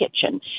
kitchen